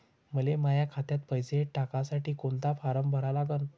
मले माह्या खात्यात पैसे टाकासाठी कोंता फारम भरा लागन?